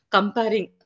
Comparing